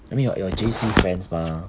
I mean your your J_C friends mah